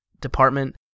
department